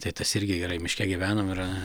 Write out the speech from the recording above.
tai tas irgi gerai miške gyvenam yra